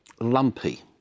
lumpy